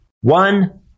one